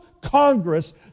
Congress